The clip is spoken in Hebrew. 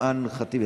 כעם מלוכד.